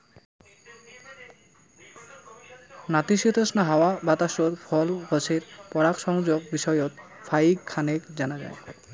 নাতিশীতোষ্ণ হাওয়া বাতাসত ফল গছের পরাগসংযোগ বিষয়ত ফাইক খানেক জানা যায়